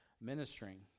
ministering